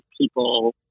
people